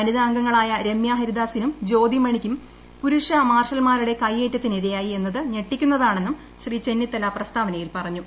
വനിതാ അംഗങ്ങളായ രമ്യാ ഹരിദാസും ജ്യോതിമണിയും പുരുഷ മാർഷലുമാരുടെ കയ്യേറ്റത്തിനിരയായി എന്നത് ഞെട്ടിക്കുന്നതാണെന്നും ചെന്നിത്തല പ്രസ്താവനയിൽ പറഞ്ഞു